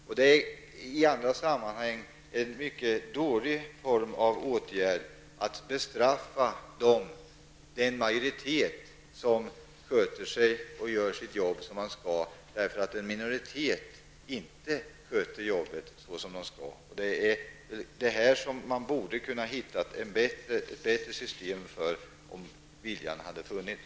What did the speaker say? Det anses i andra sammanhang vara en mycket dålig åtgärd att bestraffa den majoritet som sköter sig och gör sitt jobb som den skall, därför att en minoritet inte sköter jobbet som den skall. Man borde ha kunnat hitta ett bättre system för detta, om viljan hade funnits.